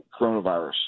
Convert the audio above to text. coronavirus